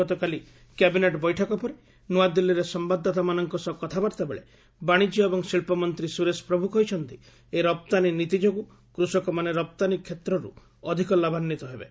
ଗତକାଲି କ୍ୟାବିନେଟ୍ ବୈଠକ ପରେ ନୁଆଦିଲ୍ଲୀରେ ସମ୍ଭାଦଦାତାମାନଙ୍କ ସହ କଥାବାର୍ତ୍ତା ବେଳେ ବାଣିଜ୍ୟ ଏବଂ ଶିଳ୍ପ ମନ୍ତ୍ରୀ ସୁରେଶ ପ୍ରଭୁ କହିଛନ୍ତି ଏହି ରପ୍ତାନୀ ନୀତି ଯୋଗୁଁ କୃଷକମାନେ ରପ୍ତାନୀ କ୍ଷେତ୍ରରୁ ଅଧିକ ଲାଭାନ୍ୱିତ ହେବେ